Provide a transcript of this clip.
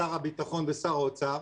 שר הביטחון ושר האוצר,